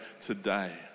today